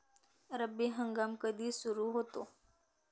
रब्बी हंगाम कधी सुरू होतो?